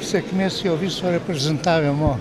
sėkmės jo viso reprezentavimo